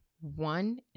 One